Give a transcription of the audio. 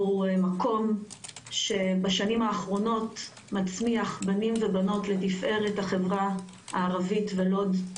והוא מקום שבשנים האחרונות מצמיח בנים ובנות לתפארת החברה הערבית בלוד.